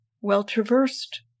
well-traversed